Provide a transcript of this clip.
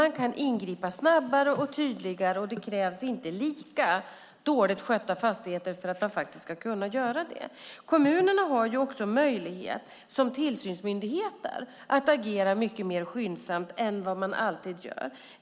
Man kan ingripa snabbare och tydligare, och det krävs inte lika dåligt skötta fastigheter för att man ska kunna göra det. Kommunerna som tillsynsmyndigheter har också möjlighet att agera mycket mer skyndsamt än vad de ofta gör.